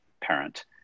parent